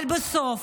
אבל בסוף